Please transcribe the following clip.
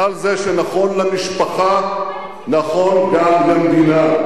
כלל זה שנכון למשפחה נכון גם למדינה.